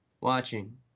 Watching